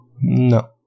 No